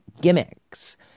gimmicks